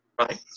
Right